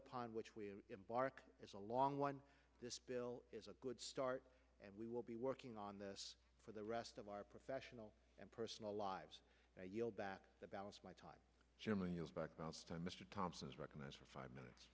upon which we embark is a long one this bill is a good start and we will be working on this for the rest of our professional and personal lives that the balance of my time mr thompson is recognized for five minutes